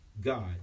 God